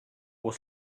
was